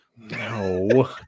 No